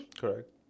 Correct